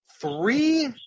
three